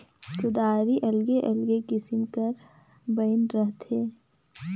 कुदारी अलगे अलगे किसिम कर बइन रहथे